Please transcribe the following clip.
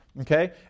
Okay